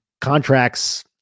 contracts